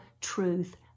truth